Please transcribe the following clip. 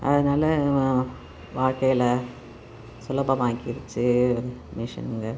அதனால வாழ்க்கையில் சுலபமாக்கிருச்சு மிஷின்கள்